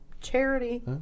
charity